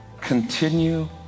continue